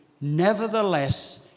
Nevertheless